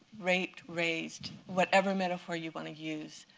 raped, razed, whatever metaphor you want to use.